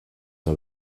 are